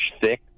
thick